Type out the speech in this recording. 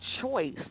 choice